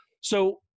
so